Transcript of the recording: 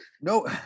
No